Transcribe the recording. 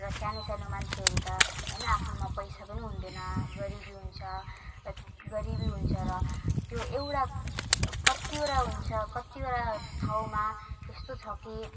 र सानो सानो मान्छेहरू त होइन आफ्नोमा पैसा पनि हुँदैन गरिबी हुन्छ र गरिबी हुन्छ र त्यो एउटा कतिवटा हुन्छ कतिवटा ठाउँमा यस्तो छ कि